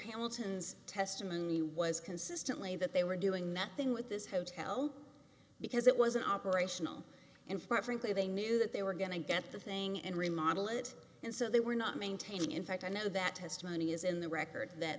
hamilton's testimony was consistently that they were doing nothing with this hotel because it was an operational and far frankly they knew that they were going to get the thing and remodel it and so they were not maintaining in fact i know that testimony is in the record that